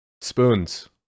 Spoons